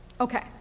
Okay